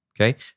okay